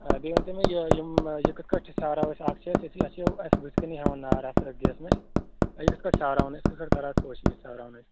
آ بیٚیہِ ؤنۍ تَو مےٚ یہِ یِم کِتھٕ پٲٹھۍ چھِ ژھیوٕراوَو أسۍ اکھ چھُ اَسہِ ییٚتی اَسہِ یِم اَسہِ بٔتھِ کٔنہِ ہیٚوان نار اَتھ حظ گیس مَچہِ أسۍ کِتھٕ پٲٹھۍ ژھیوٕراوَون أسۍ کِتھٕ پٲٹھۍ کرو کوٗشِش یہِ ژھیوٕرونٕچ